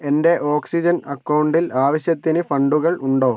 എൻ്റെ ഓക്സിജൻ അക്കൗണ്ടിൽ ആവശ്യത്തിന് ഫണ്ടുകൾ ഉണ്ടോ